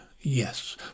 yes